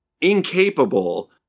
incapable